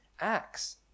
acts